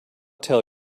tell